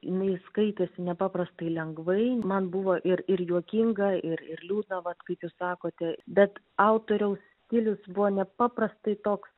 jinai skaitėsi nepaprastai lengvai man buvo ir ir juokinga ir ir liūdna vat kaip jūs sakote bet autoriaus stilius buvo nepaprastai toks